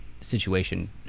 situation